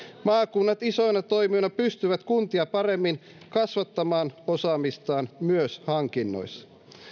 maakunnat isoina toimijoina pystyvät kuntia paremmin kasvattamaan osaamistaan myös hankinnoissa